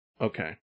okay